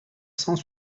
cent